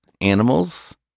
animals